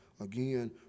Again